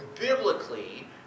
biblically